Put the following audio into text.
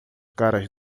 caras